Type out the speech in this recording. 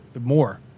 more